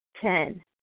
Ten